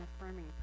affirming